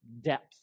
depth